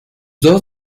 dos